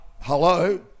hello